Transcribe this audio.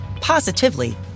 positively